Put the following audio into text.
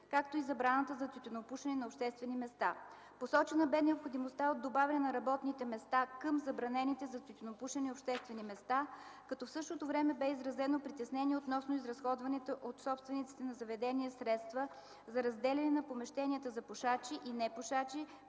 както и забраната за тютюнопушене на обществени места. Посочена бе необходимостта от добавяне на „работните места” към забранените за тютюнопушене обществени места, като в същото време бе изразено притеснение относно изразходваните от собствениците на заведения средства за разделяне на помещенията за пушачи и непушачи